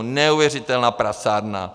Neuvěřitelná prasárna!